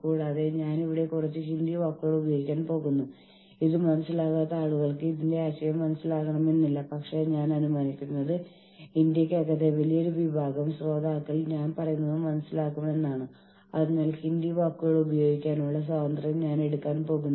കൂടാതെ ഒരു യൂണിയൻ നിലവിലുണ്ടെന്ന് നമ്മൾ മനസ്സിലാക്കുകയും അംഗീകരിക്കുകയും ചെയ്യുന്നു എന്ന് സ്ഥാപനത്തിലെ ജീവനക്കാരെ അറിയിക്കുന്നതിനുള്ള വളരെ നല്ല മാർഗമാണിത്